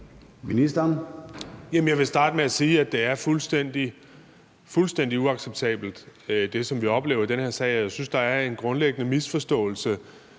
Bek): Jeg vil starte med at sige, at det er fuldstændig uacceptabelt, hvad vi oplever i den her sag. Jeg synes, at der her i landet er en grundlæggende misforståelse